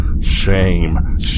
Shame